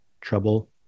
trouble